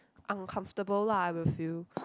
uncomfortable lah I will feel